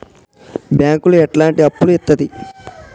బ్యాంకులు ఎట్లాంటి అప్పులు ఇత్తది?